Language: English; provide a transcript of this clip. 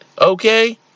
okay